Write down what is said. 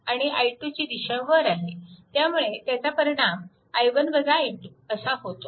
आणि i2 ची दिशा वर आहे त्यामुळे त्याचा परिणाम i1 i2 असा होतो